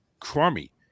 crummy